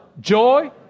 joy